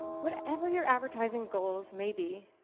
whatever your advertising goals may be,